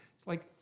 it's like,